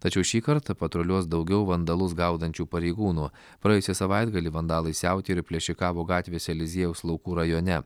tačiau šįkart patruliuos daugiau vandalus gaudančių pareigūnų praėjusį savaitgalį vandalai siautėjo ir plėšikavo gatvėse eliziejaus laukų rajone